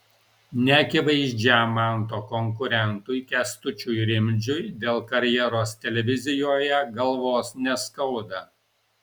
neakivaizdžiam manto konkurentui kęstučiui rimdžiui dėl karjeros televizijoje galvos neskauda